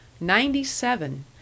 Ninety-seven